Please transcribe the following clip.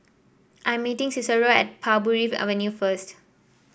I am meeting Cicero at Parbury Avenue first